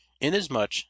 inasmuch